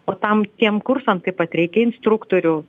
o tam tiem kursam taip pat reikia instruktorių